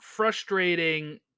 frustrating